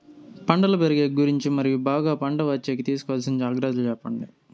పంటలు పెరిగేకి గురించి మరియు బాగా పంట వచ్చేకి తీసుకోవాల్సిన జాగ్రత్త లు సెప్పండి?